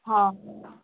ହଁ